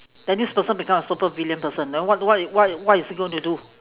then this person become a supervillain person then what d~ what what what is he going to do